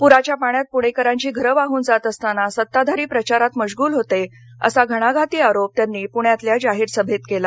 पुराच्या पाण्यात पुणेकरांची घरं वाहून जात असताना सत्ताधारी प्रचारात मश्गुल होते असा घणाघाती आरोप त्यांनी पृण्यातल्या जाहीर सभेत केला